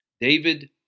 David